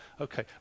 Okay